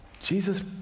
Jesus